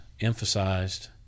emphasized